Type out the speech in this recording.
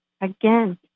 again